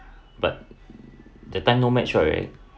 but that time no match right